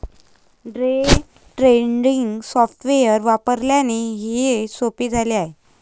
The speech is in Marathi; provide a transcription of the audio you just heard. डे ट्रेडिंग सॉफ्टवेअर वापरल्याने हे सोपे झाले आहे